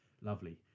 lovely